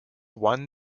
won